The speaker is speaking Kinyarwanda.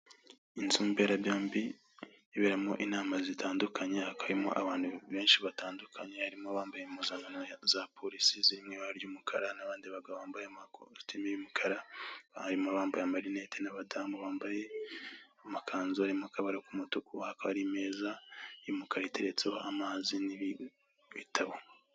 Inzu mberabyombi iberamo inama zitandukanye, hakaba harimo abantu benshi batandukanye barimo abambaye impuzankanto za police zirimo ibara ry'umukara. Nabandi bagabo bambaye amakositimu y’ umukara, barimo abambaye amarinete n'abadamu bambaye amakanzu arimo akabara k'umutuku hakaba hari imeza y’ umukara iteretseho amazi n'ibitabo.